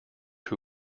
who